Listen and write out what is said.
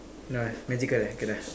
no ah magical eh